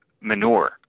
manure